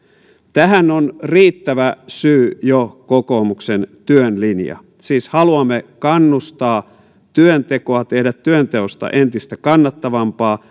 tähän on riittävä syy jo kokoomuksen työn linja siis haluamme kannustaa työntekoa tehdä työnteosta entistä kannattavampaa